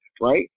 right